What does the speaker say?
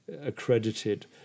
accredited